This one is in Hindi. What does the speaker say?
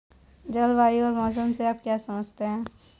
जलवायु और मौसम से आप क्या समझते हैं?